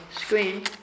screen